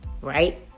Right